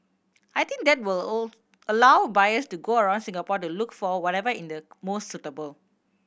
I think that will all allow buyers to go around Singapore to look for whatever in the most suitable